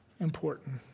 Important